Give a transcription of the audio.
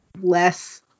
less